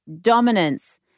dominance